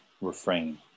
refrain